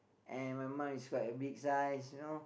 and my mom is quite a big size you know